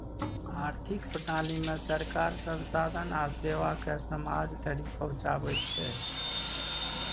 आर्थिक प्रणालीमे सरकार संसाधन आ सेवाकेँ समाज धरि पहुंचाबै छै